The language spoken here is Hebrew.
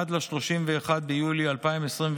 עד ל-31 ביולי 2024,